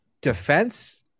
defense